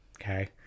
okay